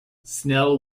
snell